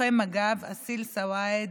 לוחם מג"ב אסיל סואעד,